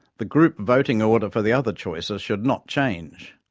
the group voting order for the other choices should not change.